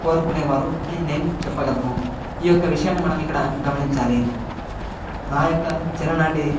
కోరుకునేవారు అని నేను చెప్పగలను ఈ యొక్క విషయాన్ని మనం ఇక్కడ గమనించాలి నా యొక్క చిన్ననాటి